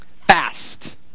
Fast